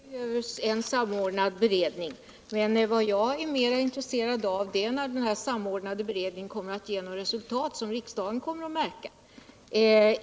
Herr talman! Jag förstår att det behövs en samordnad beredning. Men vad jag är mer intresserad av är att denna samordnade beredning ger något resultat, som riksdagen kommer att märka.